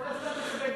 כל הזמן אתה מקבל,